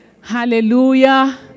Hallelujah